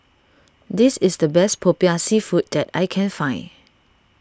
this is the best Popiah Seafood that I can find